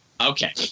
Okay